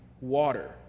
water